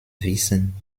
wissen